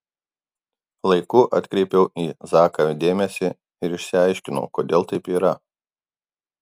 laiku atkreipiau į zaką dėmesį ir išsiaiškinau kodėl taip yra